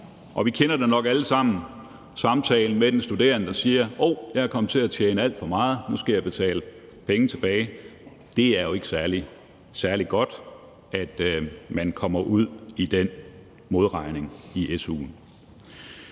Og vi kender det nok alle sammen, nemlig samtalen med den studerende, der siger: Hov, jeg er kommet til at tjene alt for meget, nu skal jeg betale penge tilbage. Det er jo ikke særlig godt, at man kommer ud i den modregning i su'en.